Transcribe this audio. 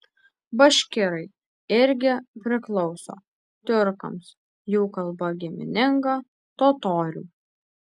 baškirai irgi priklauso tiurkams jų kalba gimininga totorių